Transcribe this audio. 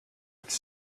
its